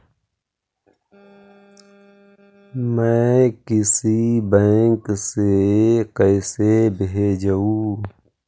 मैं किसी बैंक से कैसे भेजेऊ